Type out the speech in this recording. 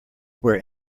where